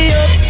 up